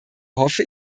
hoffe